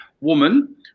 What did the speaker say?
woman